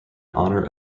honor